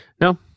No